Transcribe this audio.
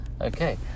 Okay